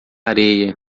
areia